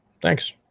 Thanks